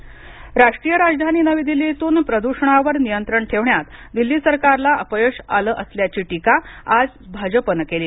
दिल्ली प्रदृषण राष्ट्रीय राजधानी नवी दिल्लीतील प्रदूषणावर नियंत्रण ठेवण्यात दिल्ली सरकारला अपयश आलं असल्याची टीका आज भाजपनं केली